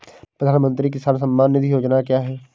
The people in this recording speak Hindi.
प्रधानमंत्री किसान सम्मान निधि योजना क्या है?